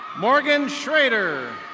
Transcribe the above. morgan shrader.